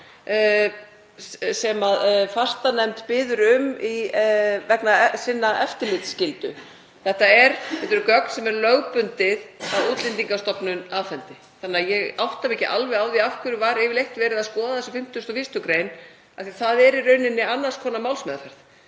sem fastanefnd biður um vegna eftirlitsskyldu sinnar. Þetta eru gögn sem er lögbundið að Útlendingastofnun afhendi, þannig að ég átta mig ekki alveg á því af hverju var yfirleitt verið að skoða þessa 51. gr., af því að það er í rauninni annars konar málsmeðferð.